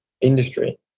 industry